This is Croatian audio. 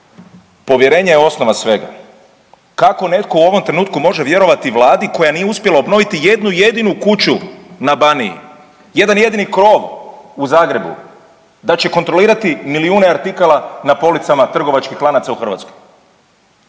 povjerenje je osnova svega. Kako netko u ovom trenutku može vjerovati Vladi koja nije uspjela obnoviti jednu jedinu kuću na Baniji, jedan jedini krov u Zagrebu da će kontrolirati milijune artikala na policama trgovačkih lanaca u Hrvatskoj?